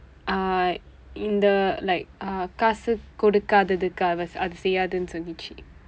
uh இந்த:indtha like uh காசு கொடுக்காததற்கு அவள் அது செய்யாதுனு சொன்னது:kaasu kodukkaathatharkku aval athu seyaathunu sonnathu